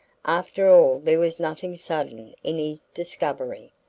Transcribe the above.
after all there was nothing sudden in his discovery.